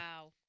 Wow